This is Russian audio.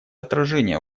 отражение